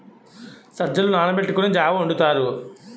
సజ్జలు నానబెట్టుకొని జా వొండుతారు